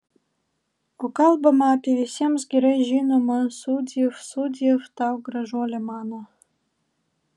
o kalbama apie visiems gerai žinomą sudiev sudiev tau gražuole mano